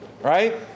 Right